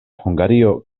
hungario